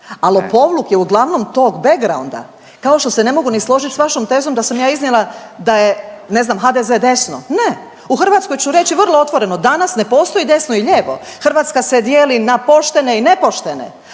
lopovluk je uglavnom tog backgrounda kao što se ne mogu ni složit s vašom tezom da sam ja iznijela da je ne znam HDZ desno. Ne, u Hrvatskoj ću reći vrlo otvoreno danas ne postoji desno i lijevo, Hrvatska se dijeli na poštene i nepoštene,